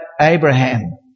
Abraham